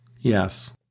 Yes